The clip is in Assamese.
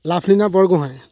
লাভলীনা বৰগোঁহাই